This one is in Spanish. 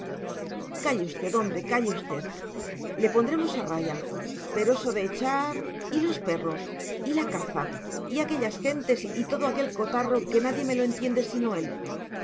calle usted hombre calle usted le pondremos a raya pero eso de echar y los perros y la caza y aquellas gentes y todo aquel cotarro que nadie me lo entiende sino él